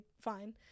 fine